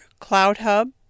CloudHub